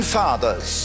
fathers